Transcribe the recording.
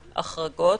להחרגות,